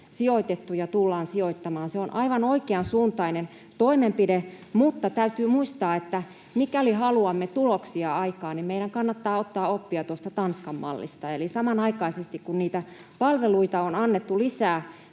ja tullaan sijoittamaan. Se on aivan oikeansuuntainen toimenpide, mutta täytyy muistaa, että mikäli haluamme tuloksia aikaan, niin meidän kannattaa ottaa oppia Tanskan mallista. Eli samanaikaisesti, kun niitä palveluita on annettu lisää,